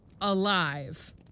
Alive